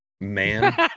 Man